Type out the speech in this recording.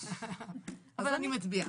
אבל אני מצביעה.